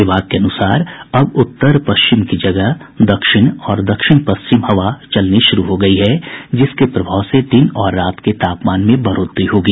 विभाग के अनुसार अब उत्तर पश्चिम की जगह दक्षिण और दक्षिण पश्चिम हवा चलनी शुरू हो गयी है जिसके प्रभाव से दिन और रात के तापमान में बढ़ोतरी होगी